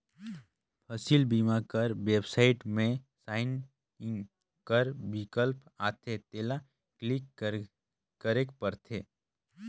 फसिल बीमा कर बेबसाइट में साइन इन कर बिकल्प आथे तेला क्लिक करेक परथे